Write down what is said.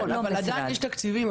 אבל עדיין יש תקציבים.